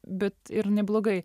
bet ir neblogai